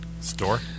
Store